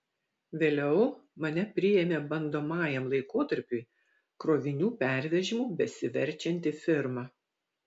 vėliau mane priėmė bandomajam laikotarpiui krovinių pervežimu besiverčianti firma